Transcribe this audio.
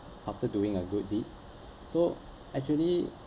after doing a good deed so actually